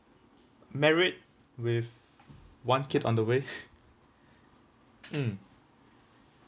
married with one kid on the way mm